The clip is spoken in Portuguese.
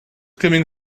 caminho